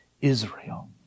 Israel